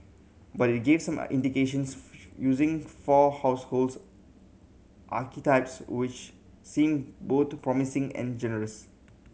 but it gave some indications using four households archetypes which seem boot promising and generous